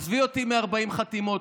עזבי אותי מ-40 חתימות,